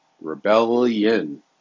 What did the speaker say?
Rebellion